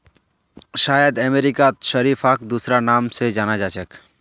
शायद अमेरिकात शरीफाक दूसरा नाम स जान छेक